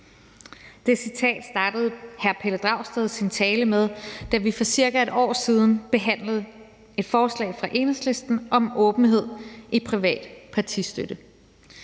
Det citat startede hr. Pelle Dragsted sin tale med, da vi for cirka et år siden behandlede et forslag fra Enhedslisten om åbenhed om privat partistøtte.